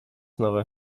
nowe